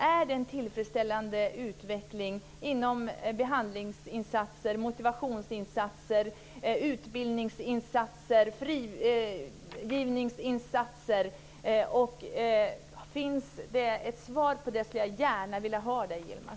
Är det en tillfredsställande utveckling inom behandlingsinsatser, motivationsinsatser, utbildningsinsatser, frigivningsinsatser etc.? Finns det ett svar på det skulle jag gärna vilja ha det,